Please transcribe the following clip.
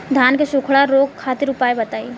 धान के सुखड़ा रोग खातिर उपाय बताई?